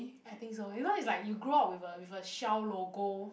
I think so even it's like you grow up with a with a shell logo